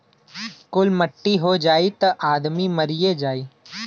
कुल मट्टी हो जाई त आदमी मरिए जाई